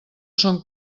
són